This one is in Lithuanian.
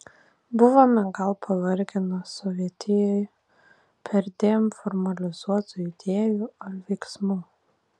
buvome gal pavargę nuo sovietijoj perdėm formalizuotų idėjų ar veiksmų